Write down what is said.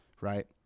Right